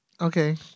Okay